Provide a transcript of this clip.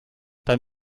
dann